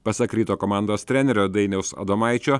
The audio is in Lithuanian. pasak ryto komandos trenerio dainiaus adomaičio